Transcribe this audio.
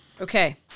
Okay